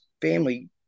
family